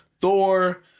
Thor